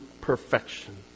perfection